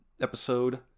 episode